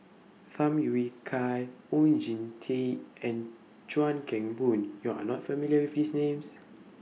Tham Yui Kai Oon Jin Teik and Chuan Keng Boon YOU Are not familiar with These Names